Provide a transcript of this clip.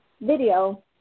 video